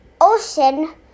ocean